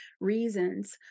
reasons